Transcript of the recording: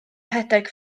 rhedeg